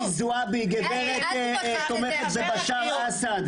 עובדה, רינאוי זועבי, גברת תומכת בבשאר אסד.